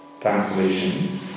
Translation